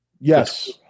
Yes